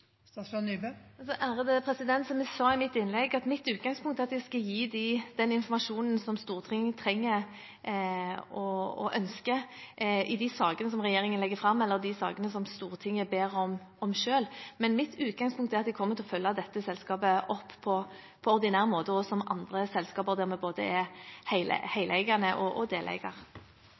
Som jeg sa i mitt innlegg, er mitt utgangspunkt at jeg skal gi den informasjonen som Stortinget trenger og ønsker i de sakene som regjeringen legger fram, og i de sakene som Stortinget ber om selv. Men mitt utgangspunkt er at vi kommer til å følge dette selskapet opp på ordinær måte, som andre selskaper der vi er både heleier og deleier. Replikkordskiftet er